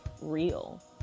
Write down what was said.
real